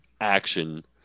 action